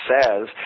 says